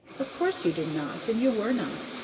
of course you did not, and you were not.